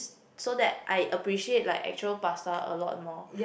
so that I appreciate like actual pasta a lot more